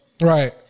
Right